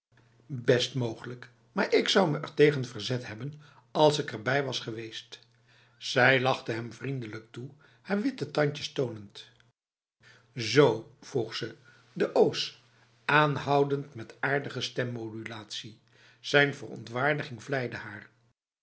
best mogelijk maar ik zou me ertegen verzet hebben als ik erbij was geweest zij lachte hem vriendelijk toe haar witte tandjes tonend zo vroeg ze de o's aanhoudend met aardige stemmodulatie zijn verontwaardiging vleide haar